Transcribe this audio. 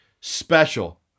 special